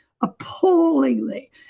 appallingly